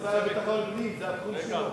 השר לביטחון הפנים, זה התחום שלו.